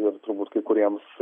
ir turbūt kai kuriems